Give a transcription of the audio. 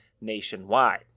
nationwide